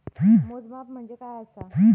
मोजमाप म्हणजे काय असा?